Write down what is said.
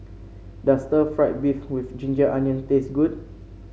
does Stir Fried Beef with ginger onion taste good